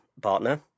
partner